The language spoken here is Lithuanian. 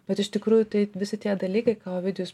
bet iš tikrųjų tai visi tie dalykai ką ovidijus